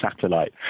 satellite